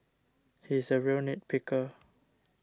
he is a real nit picker